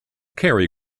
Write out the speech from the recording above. kerry